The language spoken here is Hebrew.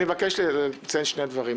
אני מבקש לציין שני דברים.